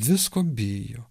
visko bijo